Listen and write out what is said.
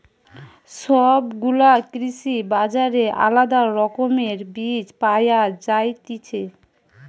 সব গুলা কৃষি বাজারে আলদা রকমের বীজ পায়া যায়তিছে